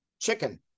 Chicken